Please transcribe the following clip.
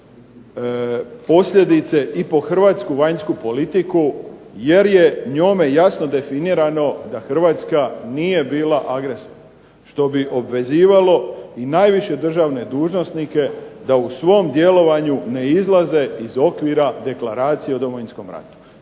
posljedice i po hrvatsku vanjsku politiku jer je njome jasno definirano da Hrvatska nije bila agresor. Što bi obvezivalo i najviše državne dužnosnike da u svom djelovanju ne izlaze iz okvira Deklaracije o Domovinskom ratu.